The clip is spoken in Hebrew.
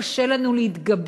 קשה לנו להתגבר.